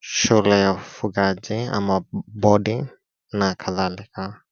shule ya ufugaji na kadhalika.